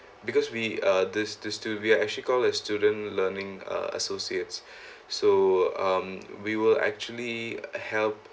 because we uh this this to be we're actually call as student learning uh associate so um we were actually help